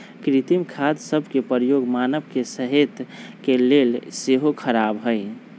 कृत्रिम खाद सभ के प्रयोग मानव के सेहत के लेल सेहो ख़राब हइ